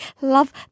love